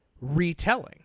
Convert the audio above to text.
retelling